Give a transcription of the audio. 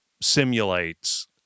simulates